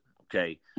okay